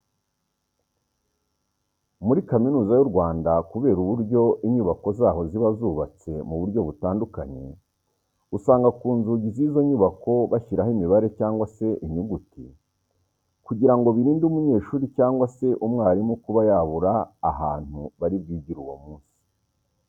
Muri Kaminuza y'u Rwanda kubera uburyo inyubako zaho ziba zubatse mu buryo butandukanye, usanga ku nzugi z'izo nyubako bashyiraho imibare cyangwa se inyuguti kugira ngo birinde umunyeshuri cyangwa se umwarimu kuba yabura ahantu bari bwigire uwo munsi.